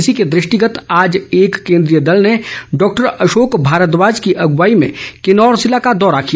इसी के दृष्टिगत आज एक केंद्रीय दल ने डॉक्टर अशोक भारद्वाज की अग्वाई में किन्नौर जिला का दौरा किया